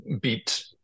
Beat